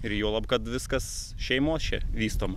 ir juolab kad viskas šeimos čia vystoma